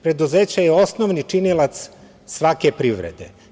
Preduzeće je osnovni činilac svake privrede.